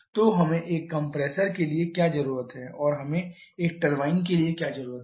तो हमें एक कंप्रेसर के लिए क्या जरूरत है और हमें एक टरबाइन के लिए क्या जरूरत है